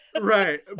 Right